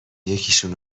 یکیشون